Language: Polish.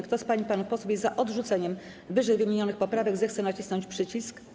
Kto z pań i panów posłów jest za odrzuceniem ww. poprawek, zechce nacisnąć przycisk.